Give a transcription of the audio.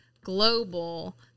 global